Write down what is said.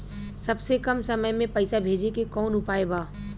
सबसे कम समय मे पैसा भेजे के कौन उपाय बा?